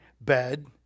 bed